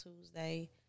Tuesday